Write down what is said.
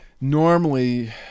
normally